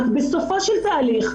רק בסופו של תהליך,